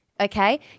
Okay